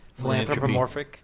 philanthropomorphic